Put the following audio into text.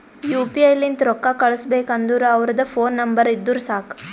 you P I ಲಿಂತ್ ರೊಕ್ಕಾ ಕಳುಸ್ಬೇಕ್ ಅಂದುರ್ ಅವ್ರದ್ ಫೋನ್ ನಂಬರ್ ಇದ್ದುರ್ ಸಾಕ್